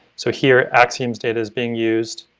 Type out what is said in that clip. so here, acxiom's data is being used,